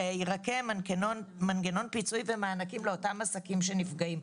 שיירקם מנגנון פיצוי ומענקים לאותם עסקים שנפגעים.